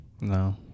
No